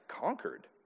conquered